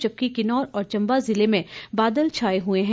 जबकि किन्नौर और चंबा जिलों में बादल छाए हुए हैं